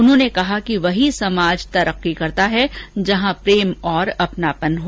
उन्होंने कहा कि वही समाज तरक्की करता है जहां प्रेम और अपनापन हो